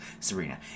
Serena